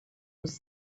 was